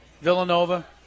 Villanova